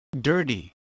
dirty